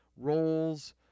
roles